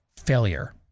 failure